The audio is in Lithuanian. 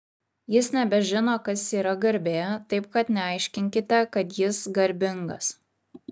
jis nebežino kas yra garbė taip kad neaiškinkite kad jis garbingas